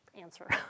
answer